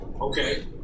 Okay